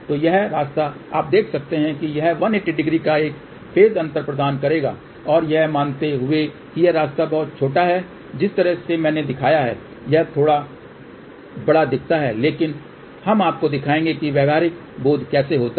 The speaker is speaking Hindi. तो यह रास्ता आप देख सकते हैं कि यह 1800 का एक फेज़ अंतर प्रदान करेगा और यह मानते हुए कि यह रास्ता बहुत छोटा है जिस तरह से मैंने दिखाया है यह थोड़ा बड़ा दिखता है लेकिन हम आपको दिखाएंगे कि व्यावहारिक बोध कैसे होता है